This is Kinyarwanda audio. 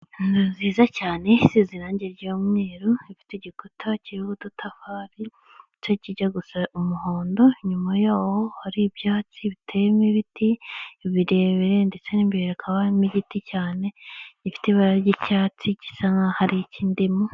Inzu nziza cyane isize irange ry'umweru ifite igikuta kiriho udutafati ndetse kijya gusa umuhondo inyuma yaho hari ibyatsi biteyemo ibiti birebire ndetse n'imbere hakaba harimo igiti cyane gifite ibara ry'icyatsi gisa nkaho ari icy'indimu.